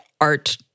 art